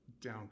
down